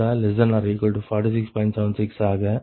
76காக λ0